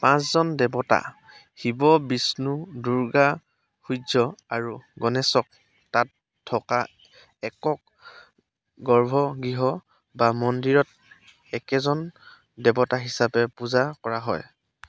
পাঁচজন দেৱতা শিৱ বিষ্ণু দুৰ্গা সূৰ্য আৰু গণেশক তাত থকা একক গৰ্ভগৃহ বা মন্দিৰত একেজন দেৱতা হিচাপে পূজা কৰা হয়